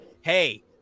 Hey